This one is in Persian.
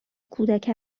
کودک